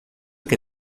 que